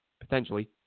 potentially